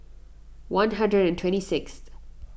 one hundred and twenty sixth